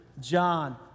John